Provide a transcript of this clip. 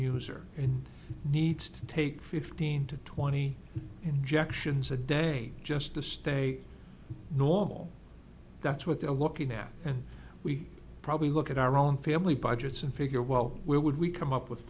user and needs to take fifteen to twenty injections a day just to stay normal that's what they're looking at and we probably look at our own family budgets and figure well where would we come up with